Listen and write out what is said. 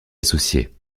associer